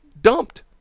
dumped